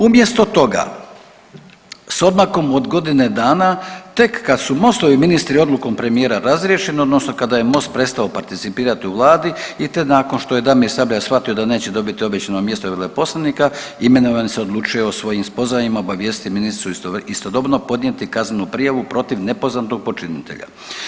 Umjesto toga s odmakom od godine dana tek kad su Mostovi ministri odlukom premijera razriješeni odnosno kada je Most prestao participirati u vladi i to nakon što je Damir Sabljak shvatio da neće dobiti obećano mjesto veleposlanika imenovani se odlučuje o svojim spoznajama obavijestiti ministricu i istodobno podnijeti kaznenu prijavu protiv nepoznatog počinitelja.